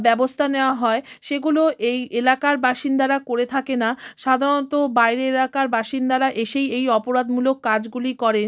ব্যবস্থা নেওয়া হয় সেগুলো এই এলাকার বাসিন্দারা করে থাকে না সাধারণত বাইরের এলাকার বাসিন্দারা এসেই এই অপরাধমূলক কাজগুলি করে